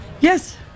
Yes